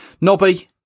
Nobby